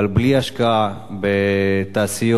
אבל בלי השקעה בתעשיות,